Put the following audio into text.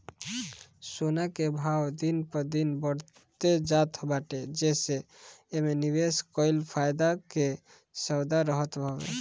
सोना कअ भाव दिन प दिन बढ़ते जात बाटे जेसे एमे निवेश कईल फायदा कअ सौदा रहत हवे